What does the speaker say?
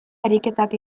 ariketak